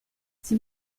sie